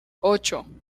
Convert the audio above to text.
ocho